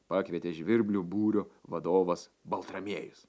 pakvietė žvirblių būrio vadovas baltramiejus